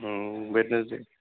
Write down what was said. Wednesday